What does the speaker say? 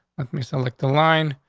me select the line.